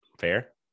fair